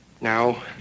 now